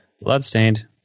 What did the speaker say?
bloodstained